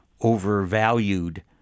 overvalued